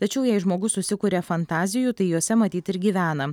tačiau jei žmogus susikuria fantazijų tai jose matyt ir gyvena